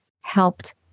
helped